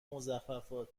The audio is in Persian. مضخرفات